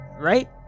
right